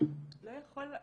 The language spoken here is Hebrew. לא יכול הכול.